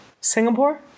Singapore